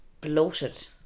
bloated